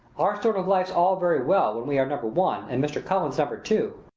our sort of life's all very well when we are number one and mr. cullen's number two.